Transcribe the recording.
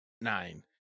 nine